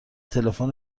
تلفن